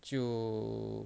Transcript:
就